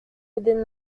within